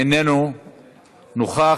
איננו נוכח.